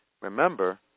remember